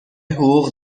حقوق